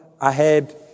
ahead